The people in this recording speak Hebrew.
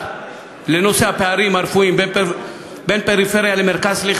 לנושא הפערים הרפואיים בין הפריפריה למרכז,